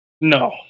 No